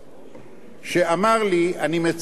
שאמר לי: אני מצרף לך נאום,